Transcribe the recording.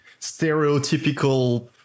stereotypical